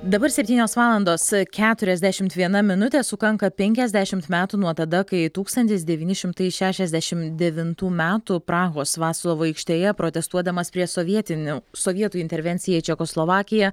dabar septynios valandos keturiasdešimt viena minutė sukanka penkiasdešimt metų nuo tada kai tūkstantis devyni šimtai šešiasdešim devintų metų prahos vaclovo aikštėje protestuodamas prieš sovietinių sovietų intervenciją į čekoslovakiją